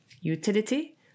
Utility